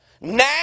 Now